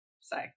Say